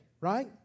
right